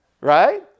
Right